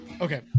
okay